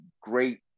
great